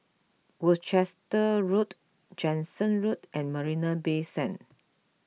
Worcester Road Jansen Road and Marina Bay Sands